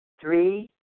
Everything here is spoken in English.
Three